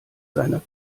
seiner